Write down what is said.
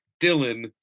Dylan